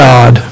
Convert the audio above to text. God